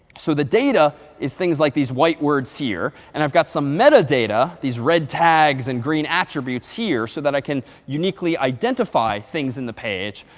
so the data is things like these white words here. and i've got some metadata, these red tags and green attributes, here, so that i can uniquely identify things in the page.